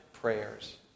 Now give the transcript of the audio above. prayers